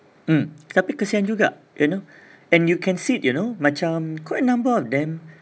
mm tapi kesian juga you know and you can see it you know macam quite a number of them